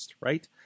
right